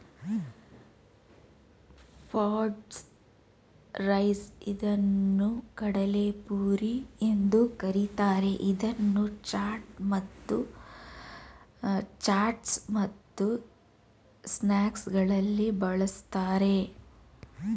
puffed rice ಇದನ್ನು ಕಡಲೆಪುರಿ ಎಂದು ಕರಿತಾರೆ, ಇದನ್ನು ಚಾಟ್ಸ್ ಮತ್ತು ಸ್ನಾಕ್ಸಗಳಲ್ಲಿ ಬಳ್ಸತ್ತರೆ